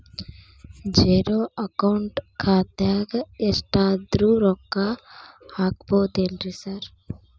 Zero account ಖಾತ್ಯಾಗ ಎಷ್ಟಾದ್ರೂ ರೊಕ್ಕ ಹಾಕ್ಬೋದೇನ್ರಿ ಸಾರ್?